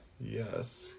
yes